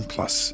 Plus